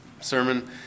sermon